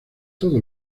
todo